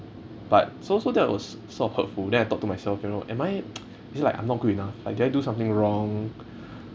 but so so that was sort of hurtful then I thought to myself you know am I this like I'm not good enough like did I do something wrong